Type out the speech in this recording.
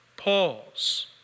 Pause